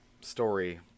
story